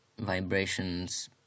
vibrations